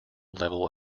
level